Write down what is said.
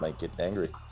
like get angry.